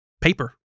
paper